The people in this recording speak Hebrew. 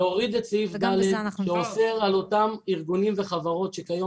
להוריד את סעיף (ד) שאוסר על אותם ארגונים וחברות שכיום